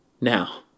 Now